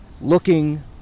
looking